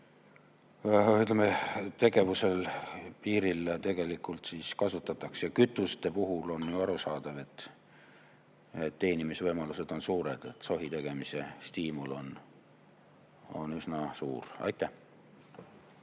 tegevuse piiril tegelikult kasutatakse. Kütuste puhul on ju arusaadav, et teenimisvõimalused on suured. Sohi tegemise stiimul on üsna suur. Aitäh!